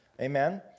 Amen